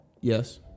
Yes